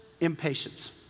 Impatience